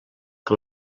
que